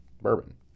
bourbon